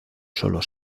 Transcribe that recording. solo